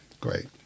great